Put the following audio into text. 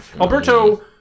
Alberto